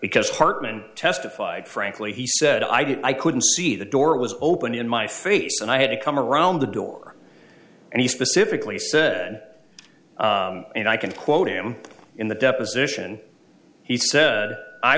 because hartmann testified frankly he said i did i couldn't see the door was open in my face and i had to come around the door and he specifically said and i can quote him in the deposition he